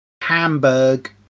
Hamburg